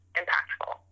impactful